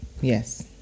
Yes